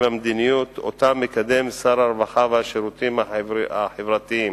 המדיניות שמקדם שר הרווחה והשירותים החברתיים,